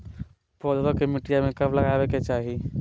पौधवा के मटिया में कब लगाबे के चाही?